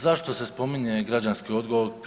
Zašto se spominje građanski odgoj?